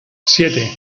siete